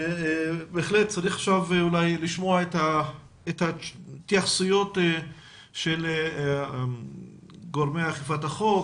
בהחלט צריך אולי לשמוע את ההתייחסויות של גורמי אכיפת החוק,